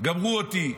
גמרו אותי,